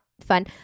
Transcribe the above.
fun